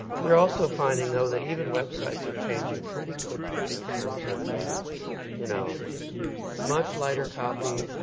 we're also finding though that even websites are changing pretty quickly in terms of you know much lighter copy,